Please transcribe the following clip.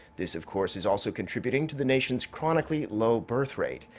this, of course, is also contributing to the nation's chronically low birth rate.